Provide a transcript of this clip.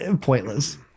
pointless